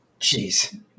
Jeez